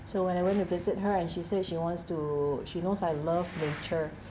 so when I went to visit her and she said she wants to she knows I love nature